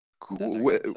Cool